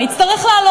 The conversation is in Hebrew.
לדיון